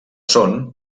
son